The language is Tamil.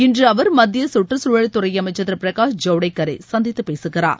இன்று அவர் மத்திய கற்றுக்சூழல் துறை அமைச்சர் திரு பிரகாஷ் ஜவடேக்கரை சந்தித்துப் பேசுகிறார்